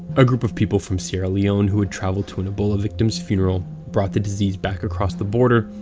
a group of people from sierra leone who had travelled to an ebola victim's funeral brought the disease back across the border,